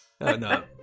no